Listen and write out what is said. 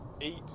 eat